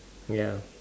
ya